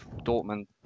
Dortmund